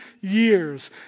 years